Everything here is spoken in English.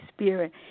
Spirit